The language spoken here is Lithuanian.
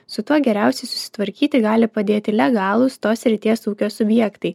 su tuo geriausiai susitvarkyti gali padėti legalūs tos srities ūkio subjektai